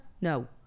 No